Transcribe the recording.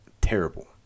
terrible